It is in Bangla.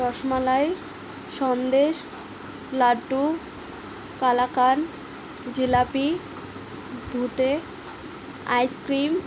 রসমলাই সন্দেশ লাড্ডু কালাকাঁদ জিলাপি ভুতে আইসক্রিম